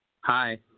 Hi